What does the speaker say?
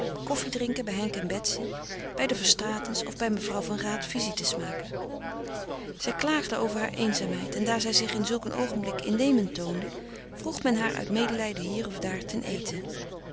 koffiedrinken bij henk en betsy bij de verstraetens of bij mevrouw van raat visites maken zij klaagde over hare eenzaamheid en daar zij zich in zulk een oogenblik innemend toonde vroeg men haar uit medelijden hier of daar ten eten